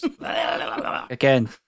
Again